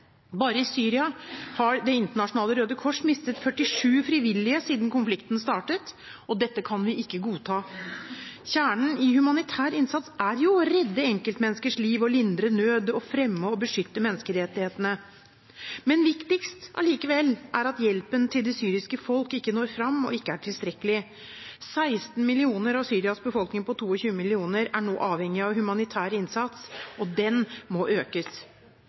Bare i Syria har det internasjonale Røde Kors mistet 47 frivillige siden konflikten startet, og dette kan vi ikke godta! Kjernen i humanitær innsats er jo å redde enkeltmenneskers liv, lindre nød, fremme og beskytte menneskerettighetene, men viktigst er allikevel at hjelpen til det syriske folk ikke når fram og ikke er tilstrekkelig. 16 millioner av Syrias befolkning på 22 millioner er nå avhengig av humanitær innsats – og den må økes.